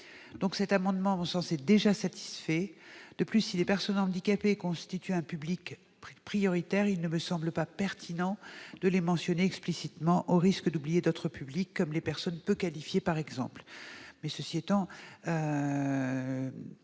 droit. Ces amendements sont donc satisfaits. De plus, si les personnes handicapées constituent un public prioritaire, il ne me semble pas pertinent de les mentionner explicitement, au risque d'oublier d'autres publics, comme les personnes peu qualifiées. Pour ces raisons, la